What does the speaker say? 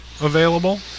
available